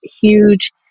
huge